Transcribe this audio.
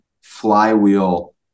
flywheel